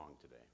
today